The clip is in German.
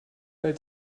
bei